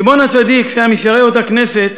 שמעון הצדיק, שהיה משיירי אותה כנסת,